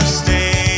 stay